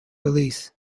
release